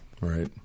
Right